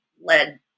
led